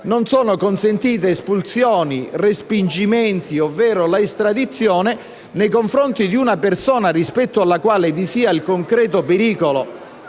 non sono consentiti espulsioni e respingimenti ovvero la estradizione nei confronti di una persona rispetto alla quale vi sia il concreto pericolo